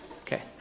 Okay